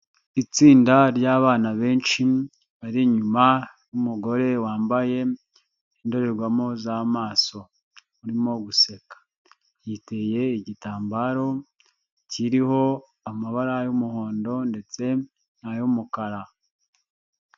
Itsinda ry'bana benshi bari inyuma y'umugore wambaye indorerwamo z'amaso urimo guseka, yiteye igitambaro kiriho amabara y'umuhondo ndetse n'ayumukara.